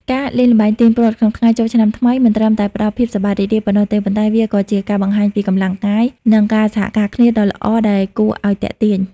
ការលេងល្បែង "ទាញព្រ័ត្រ" ក្នុងថ្ងៃចូលឆ្នាំថ្មី មិនត្រឹមតែផ្ដល់ភាពសប្បាយរីករាយប៉ុណ្ណោះទេ ប៉ុន្តែវាក៏ជាការបង្ហាញពីកម្លាំងកាយ និងការសហការគ្នាដ៏ល្អដែលគួរឱ្យទាក់ទាញ។